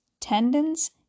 tendons